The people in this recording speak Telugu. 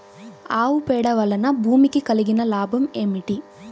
ఆవు పేడ వలన భూమికి కలిగిన లాభం ఏమిటి?